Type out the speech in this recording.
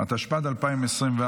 התשפ"ד 2024,